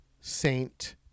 Saint